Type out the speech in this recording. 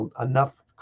enough